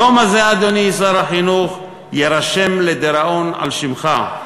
היום הזה, אדוני שר החינוך, ירשם לדיראון על שמך.